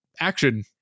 action